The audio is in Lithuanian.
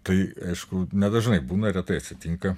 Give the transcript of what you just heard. tai aišku nedažnai būna retai atsitinka